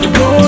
go